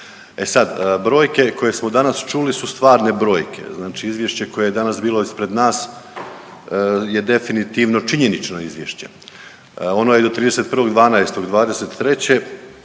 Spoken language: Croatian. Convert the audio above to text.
E sad, brojke koje smo danas čuli su stvarne brojke, znači izvješće koje je danas bilo ispred nas je definitivno činjenično izvješće. Ono je do 31.12.'23.,